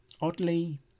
Oddly